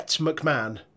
McMahon